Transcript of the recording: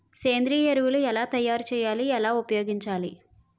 సేంద్రీయ ఎరువులు ఎలా తయారు చేయాలి? ఎలా ఉపయోగించాలీ?